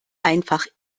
einfach